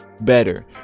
better